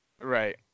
Right